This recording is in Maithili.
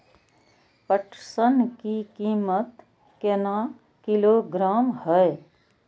पटसन की कीमत केना किलोग्राम हय?